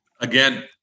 Again